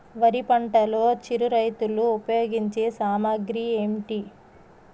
వరి పంటలో చిరు రైతులు ఉపయోగించే సామాగ్రి ఏంటి?